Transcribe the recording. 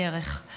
בדרך /